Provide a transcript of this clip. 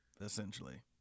essentially